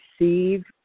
receive